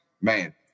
man